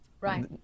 right